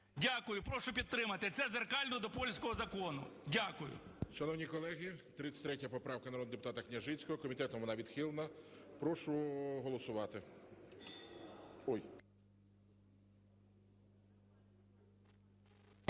Прошу підтримати. Це дзеркально до польського закону. Дякую. ГОЛОВУЮЧИЙ. Шановні колеги, 33 поправка, народного депутата Княжицького. Комітетом вона відхилена. Прошу голосувати.